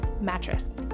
mattress